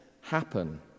happen